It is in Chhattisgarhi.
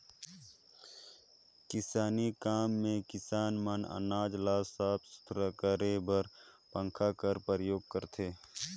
किसानी काम मे किसान मन अनाज ल साफ सुथरा करे बर पंखा कर परियोग करथे